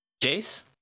Jace